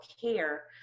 care